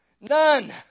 None